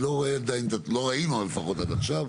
לא ראינו לפחות עד עכשיו,